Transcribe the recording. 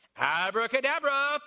abracadabra